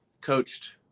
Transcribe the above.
coached